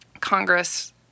Congress